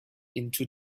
into